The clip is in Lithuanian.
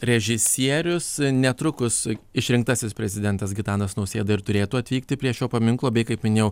režisierius netrukus išrinktasis prezidentas gitanas nausėda ir turėtų atvykti prie šio paminklo bei kaip minėjau